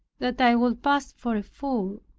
that i would pass for a fool.